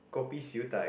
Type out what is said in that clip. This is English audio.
kopi Siew-Dai